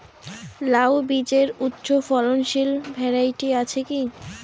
লাউ বীজের উচ্চ ফলনশীল ভ্যারাইটি আছে কী?